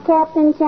Captain